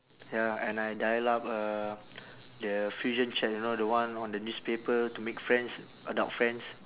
ya and I dial up uh the fusion chat you know the one on the newspaper to make friends adult friends